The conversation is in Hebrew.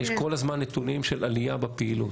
יש כל הזמן נתונים של עלייה בפעילות,